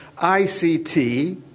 ICT